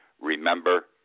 remember